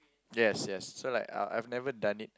yes yes so like I've never done it